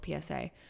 PSA